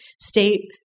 State